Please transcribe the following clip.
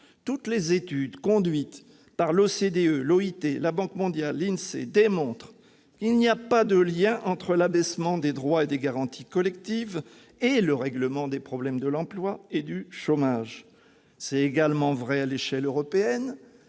internationale du travail, la Banque mondiale et l'INSEE le démontrent, il n'y a pas de lien entre l'abaissement des droits et des garanties collectives et le règlement des problèmes de l'emploi et du chômage. C'est également vrai à l'échelle européenne,